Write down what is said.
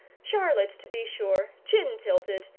charlotte, to be sure, chin-tilted,